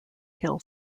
hill